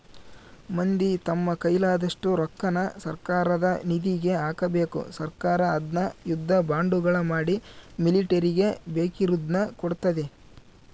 ಮಂದಿ ತಮ್ಮ ಕೈಲಾದಷ್ಟು ರೊಕ್ಕನ ಸರ್ಕಾರದ ನಿಧಿಗೆ ಹಾಕಬೇಕು ಸರ್ಕಾರ ಅದ್ನ ಯುದ್ಧ ಬಾಂಡುಗಳ ಮಾಡಿ ಮಿಲಿಟರಿಗೆ ಬೇಕಿರುದ್ನ ಕೊಡ್ತತೆ